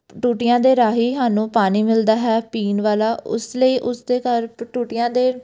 ਟੂਟੀਆਂ ਦੇ ਰਾਹੀਂ ਸਾਨੂੰ ਪਾਣੀ ਮਿਲਦਾ ਹੈ ਪੀਣ ਵਾਲਾ ਉਸ ਲਈ ਉਸਦੇ ਘਰ ਟੂਟੀਆਂ ਦੇ